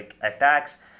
attacks